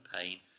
pain